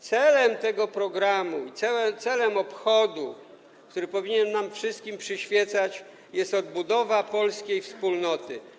Celem tego programu i celem obchodów, który powinien nam wszystkim przyświecać, jest odbudowa polskiej wspólnoty.